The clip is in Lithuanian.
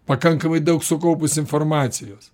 pakankamai daug sukaupus informacijos